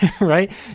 right